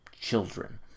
children